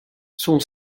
son